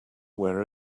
where